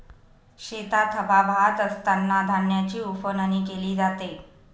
शेतात हवा वाहत असतांना धान्याची उफणणी केली जाते